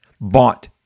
bought